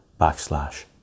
backslash